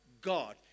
God